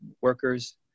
workers